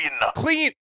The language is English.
Clean